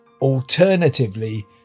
Alternatively